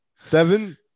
Seven